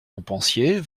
montpensier